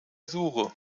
suche